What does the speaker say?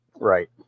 Right